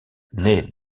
naît